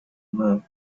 moon